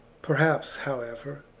perhaps, however,